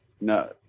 no